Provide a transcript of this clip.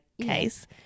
case